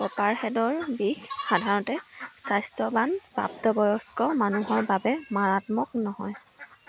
কপাৰহেডৰ বিষ সাধাৰণতে স্বাস্থ্যৱান প্ৰাপ্তবয়স্ক মানুহৰ বাবে মাৰাত্মক নহয়